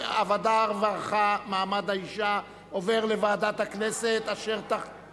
שיודה לך מאוד על כך שהצבעת בשבילו.